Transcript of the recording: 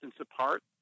apart